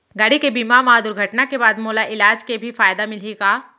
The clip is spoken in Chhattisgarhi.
गाड़ी के बीमा मा दुर्घटना के बाद मोला इलाज के भी फायदा मिलही का?